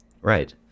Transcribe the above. Right